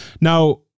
Now